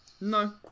No